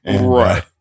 Right